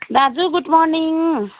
दाजु good morning